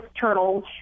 turtles